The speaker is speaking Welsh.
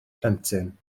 plentyn